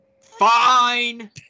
Fine